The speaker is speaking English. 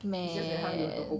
meh